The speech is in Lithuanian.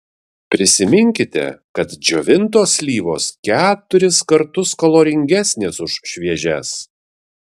prisiminkite kad džiovintos slyvos keturis kartus kaloringesnės už šviežias